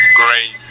great